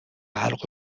حلق